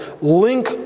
link